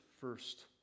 first